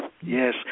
Yes